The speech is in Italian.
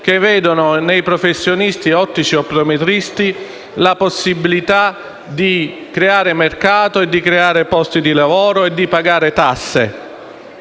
che vedono nella professione degli ottici optometristi la possibilità di creare mercato, di creare posti di lavoro e di pagare le tasse.